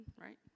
right